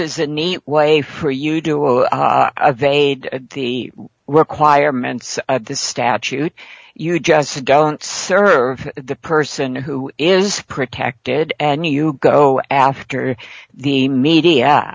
is a neat way for you of aid the requirements of the statute you just don't serve the person who is protected and you go after the media